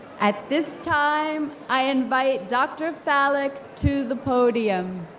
at this time, i invite dr. falik to the podium.